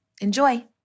Enjoy